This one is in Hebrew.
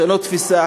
לשנות תפיסה.